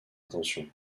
attention